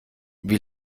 wie